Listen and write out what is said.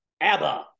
ABBA